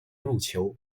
入球